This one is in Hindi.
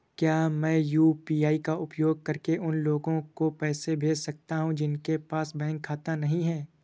क्या मैं यू.पी.आई का उपयोग करके उन लोगों को पैसे भेज सकता हूँ जिनके पास बैंक खाता नहीं है?